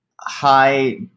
high